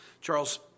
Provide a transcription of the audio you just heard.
Charles